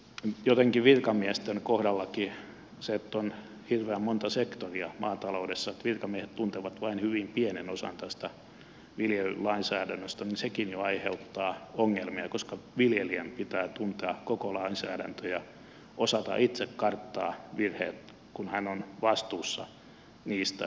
jotenkin virkamiesten kohdalla sekin että on hirveän monta sektoria maataloudessa että virkamiehet tuntevat vain hyvin pienen osan tästä viljelylainsäädännöstä jo aiheuttaa ongelmia koska viljelijän pitää tuntea koko lainsäädäntö ja osata itse karttaa virheet kun hän on vastuussa niistä